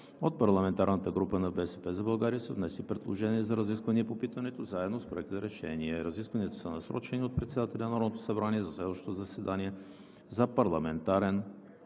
от парламентарната група на „БСП за България“ са внесли предложение за разисквания по питането заедно с Проект за решение. Разискванията са насрочени от председателя на Народното събрание за следващото заседание за парламентарен